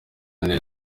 ameze